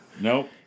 Nope